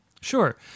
Sure